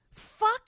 fuck